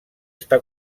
està